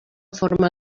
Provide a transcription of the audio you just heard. forma